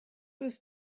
was